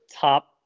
top